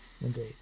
Indeed